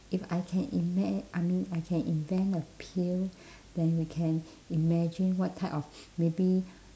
if I can inve~ I mean I can invent a pill then we can imagine what type of maybe